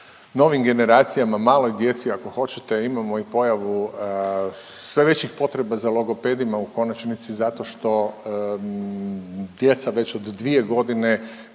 novim generacijama, maloj djeci, ako hoćete, imamo i pojavu sve većih potreba za logopedima, u konačnici zato što djeca već od 2 godine